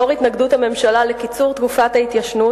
לאור התנגדות הממשלה לקיצור תקופת ההתיישנות